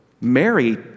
Mary